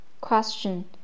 Question